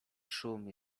szum